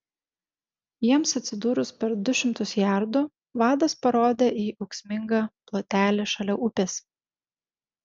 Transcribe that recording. jiems atsidūrus per du šimtus jardų vadas parodė į ūksmingą plotelį šalia upės